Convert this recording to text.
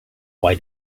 why